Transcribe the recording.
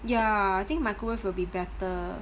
ya I think microwave will be better